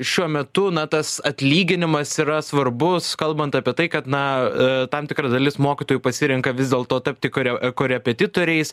šiuo metu na tas atlyginimas yra svarbus kalbant apie tai kad na a tam tikra dalis mokytojų pasirenka vis dėlto tapti koreu korepetitoriais